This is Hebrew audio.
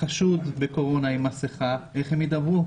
החשוד בקורונה עם מסכה איך הם ידברו?